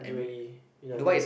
U_A_E United